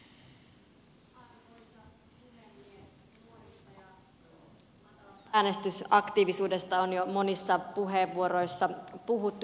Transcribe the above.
nuorista ja matalasta äänestysaktiivisuudesta on jo monissa puheenvuoroissa puhuttu